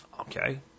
Okay